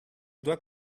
dois